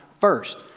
first